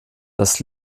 das